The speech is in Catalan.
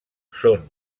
són